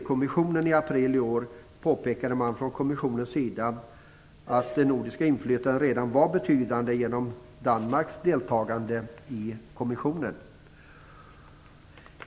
kommissionen i april i år påpekade man från kommissionens sida att det nordiska inflytandet redan var betydande genom Danmarks deltagande i kommissionen.